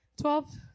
Twelve